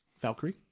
Valkyrie